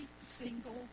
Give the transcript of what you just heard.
single